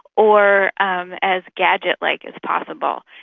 or um as gadget-like as possible,